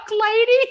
lady